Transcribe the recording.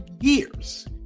years